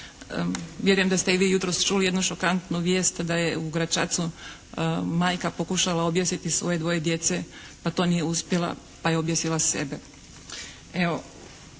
Vjerujem da ste i vi jutros čuli jednu šokantnu vijest da je u Gračacu majka pokušala objesiti svoje dvoje djece, pa to nije uspjela pa je objesila sebe.